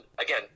again